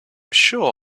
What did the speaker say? sure